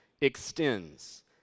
extends